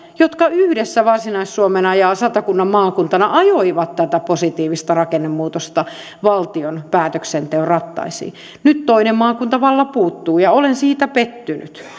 jotka yhdessä varsinais suomen ja satakunnan maakuntina ajoivat tätä positiivista rakennemuutosta valtion päätöksenteon rattaisiin nyt toinen maakunta vallan puuttuu ja olen siitä pettynyt